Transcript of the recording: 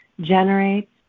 generates